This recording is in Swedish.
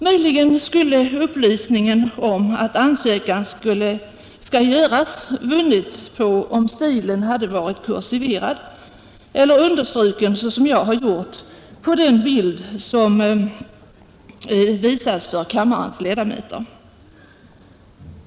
Möjligen skulle upplysningen om att ansökan skall göras ha vunnit på att texten varit kursiverad eller understruken, såsom på den bild som på TV-skärmen här visas för kammarens ledamöter.